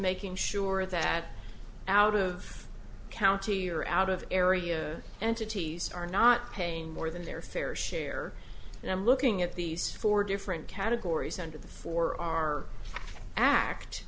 making sure that out of county or out of area entities are not paying more than their fair share and i'm looking at these four different categories under the four our